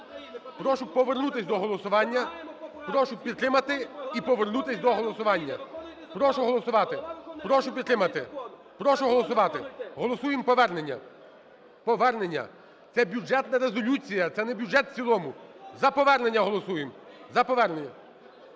Прошу повернутись до голосування. Прошу підтримати і повернутись до голосування. Прошу голосувати. Прошу підтримати. (Шум у залі) Прошу голосувати. Голосуємо повернення, повернення. Це бюджетна резолюція, це не бюджет в цілому. За повернення голосуємо. За повернення.